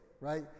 right